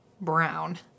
brown